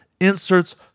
inserts